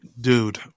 Dude